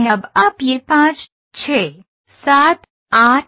अब आप यह 5 6 7 8 हैं